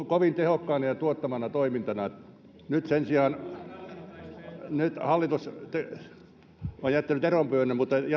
kovin tehokkaana ja tuottavana toimintana nyt sen sijaan hallitus on jättänyt eronpyynnön mutta